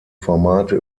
formate